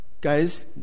Guys